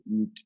eat